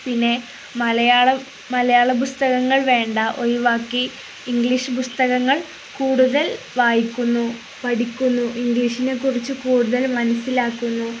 പിന്നെ മലയാളം മലയാളപുസ്തകങ്ങൾ വേണ്ട ഒഴിവാക്കി ഇംഗ്ലീഷ് പുസ്തകങ്ങൾ കൂടുതൽ വായിക്കുന്നു പഠിക്കുന്നു ഇംഗ്ലീഷിനെക്കുറിച്ച് കൂടുതൽ മനസ്സിലാക്കുന്നു